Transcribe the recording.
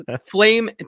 flame